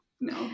no